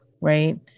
right